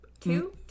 Two